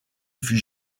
fut